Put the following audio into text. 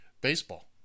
baseball